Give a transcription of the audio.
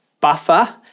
buffer